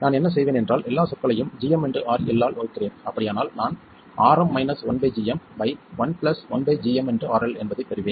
நான் என்ன செய்வேன் என்றால் எல்லா சொற்களையும் gmRL ஆல் வகுக்கிறேன் அப்படியானால் நான் Rm 1 என்பதைப் பெறுவேன்